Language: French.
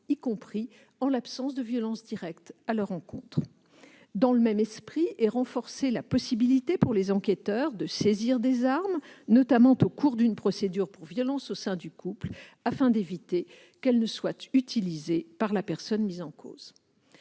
y compris en l'absence de violences directes à leur encontre. Dans le même esprit est renforcée la possibilité pour les enquêteurs de saisir des armes, notamment au cours d'une procédure pour violences au sein du couple, afin d'éviter qu'elles ne soient utilisées par la personne mise en cause.